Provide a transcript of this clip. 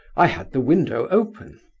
i had the window open.